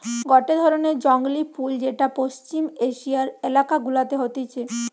গটে ধরণের জংলী ফুল যেটা পশ্চিম এশিয়ার এলাকা গুলাতে হতিছে